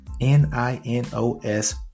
N-I-N-O-S